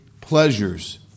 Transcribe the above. pleasures